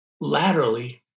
laterally